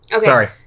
Sorry